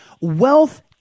wealth